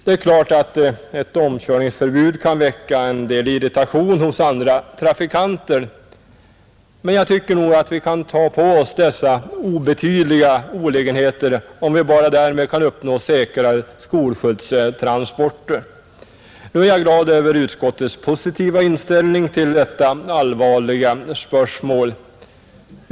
Det är klart att ett omkörningsförbud kan väcka en del irritation hos andra trafikanter, men jag tycker nog vi kan ta på oss dessa obetydliga olägenheter, om vi bara därmed kan uppnå säkrare skolbarnstransporter. Nu är jag glad över utskottets positiva inställning till detta allvarliga spörsmål.